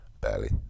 barely